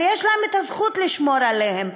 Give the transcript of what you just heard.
ויש להן את הזכות לשמור עליהם.